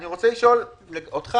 אני רוצה לשאול אותך,